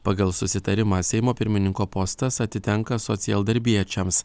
pagal susitarimą seimo pirmininko postas atitenka socialdarbiečiams